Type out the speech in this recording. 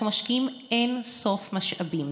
אנחנו משקיעים אין סוף משאבים